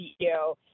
CEO